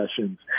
sessions